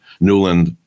Newland